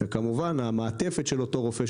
וכמובן המעטפת של אותו רופא,